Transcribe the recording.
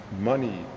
money